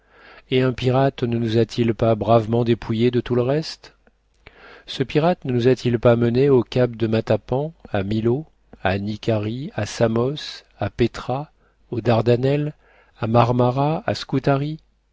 et un pirate ne nous a-t-il pas bravement dépouillés de tout le reste ce pirate ne nous a-t-il pas menés au cap de matapan à milo à nicarie à samos à petra aux dardanelles à marmara à